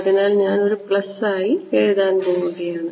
അതിനാൽ ഞാൻ ഒരു പ്ലസ് ആയി ഇത് എഴുതാൻ പോവുകയാണ്